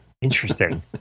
interesting